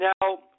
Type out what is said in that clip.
Now